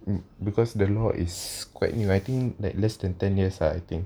um because the law is quite new I think like less than ten years I think